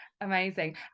amazing